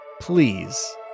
please